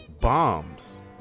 bombs